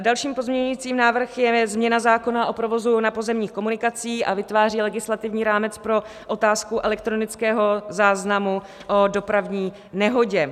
Další pozměňovací návrh je změna zákona o provozu na pozemních komunikacích a vytváří legislativní rámec pro otázku elektronického záznamu o dopravní nehodě.